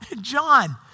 John